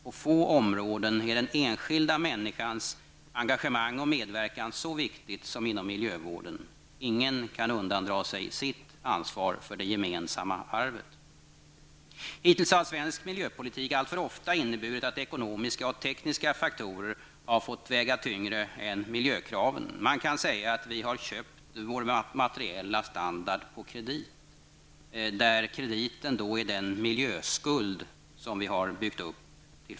På få områden är den enskilda människans engagemang och medverkan så viktig som inom miljövården. Ingen kan undandra sig sitt ansvar för det gemensamma arvet. Hittills har svensk miljöpolitik alltför ofta inneburit att ekonomiska och tekniska faktorer har fått väga tyngre än miljökraven. Man kan säga att vi har köpt vår materiella standard på kredit, där krediten är den miljöskuld som vi har byggt upp.